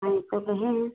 हमको